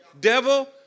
Devil